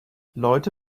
leute